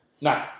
No